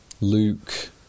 Luke